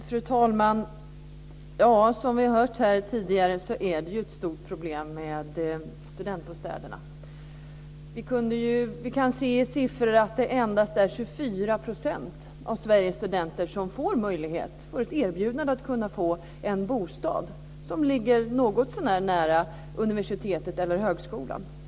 Fru talman! Som vi har hört tidigare är det ett stort problem med studentbostäderna. Vi kan se siffror om att endast 24 % av Sveriges studenter får erbjudande om en bostad som ligger någorlunda nära universitetet eller högskolan.